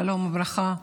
שלום וברכה,